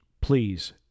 Please